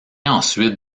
ensuite